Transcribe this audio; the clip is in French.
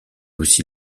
aussi